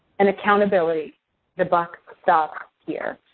and accountability the buck stops here.